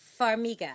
Farmiga